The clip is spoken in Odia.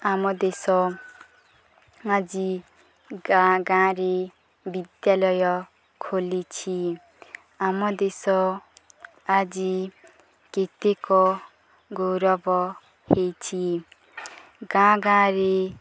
ଆମ ଦେଶ ଆଜି ଗାଁ ଗାଁରେ ବିଦ୍ୟାଳୟ ଖୋଲିଛି ଆମ ଦେଶ ଆଜି କେତେକ ଗୌରବ ହେଇଛି ଗାଁ ଗାଁରେ